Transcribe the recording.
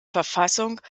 verfassung